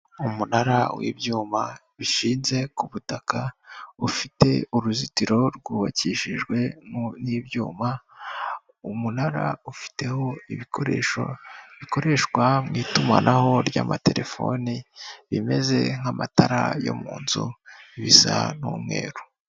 Umunara w'ibyuma bishinze ku butaka ufite uruzitiro rwubakishijwe n'ibyuma, umunara ufiteho ibikoresho bikoreshwa mu itumanaho ry'amatelefoni bimeze nk'amatara yo mu nzu bisa n'umweru.